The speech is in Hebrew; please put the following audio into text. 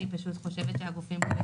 אני פשוט חושבת שהגופים,